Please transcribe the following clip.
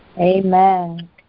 Amen